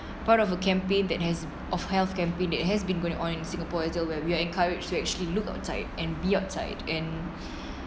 part of a campaign that has of health campaign that has been going on in singapore as well we're encouraged to actually look outside and be outside and